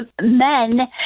men